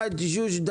זה נושא אחד.